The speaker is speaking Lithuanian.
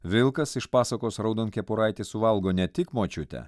vilkas iš pasakos raudonkepuraitė suvalgo ne tik močiutę